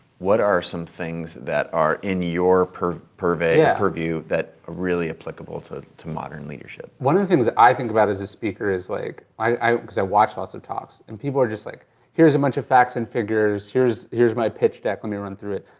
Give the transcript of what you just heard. what are some things that are in your purview yeah purview that are really applicable to to modern leadership? one of the things i think about as a speaker is like, cause i watch lots of talks, and people are just, like here's a bunch of facts and figures, here's here's my pitch deck, let me run through it.